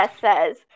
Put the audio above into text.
says